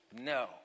No